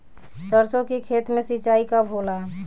सरसों के खेत मे सिंचाई कब होला?